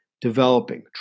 Developing